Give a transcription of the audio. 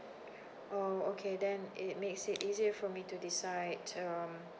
oh okay then it makes it easier for me to decide um